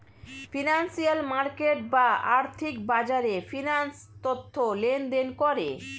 financial market বা আর্থিক বাজারে ফিন্যান্স তথ্য লেনদেন করে